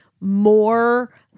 more